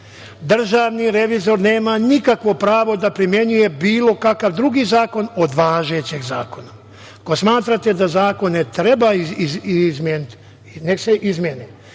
ovde. Državni revizor nema nikakvo pravo da primenjuje bilo kakav drugi zakon od važećeg zakona. Ako smatrate da zakone treba izmeniti, nek se izmene,